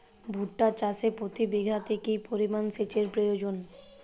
ভুট্টা চাষে প্রতি বিঘাতে কি পরিমান সেচের প্রয়োজন?